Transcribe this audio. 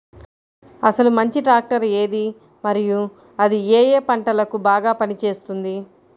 అసలు మంచి ట్రాక్టర్ ఏది మరియు అది ఏ ఏ పంటలకు బాగా పని చేస్తుంది?